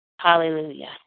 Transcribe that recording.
Hallelujah